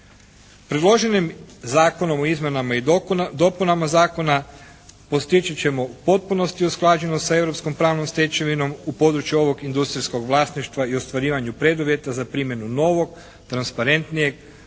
Predloženim Zakonom o izmjenama i dopunama zakona postići ćemo u potpunosti usklađenost s europskom pravnom stečevinom u području ovog industrijskog vlasništva i u ostvarivanju preduvjeta za primjenu novog, transparentnijeg,